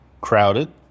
crowded